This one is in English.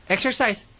Exercise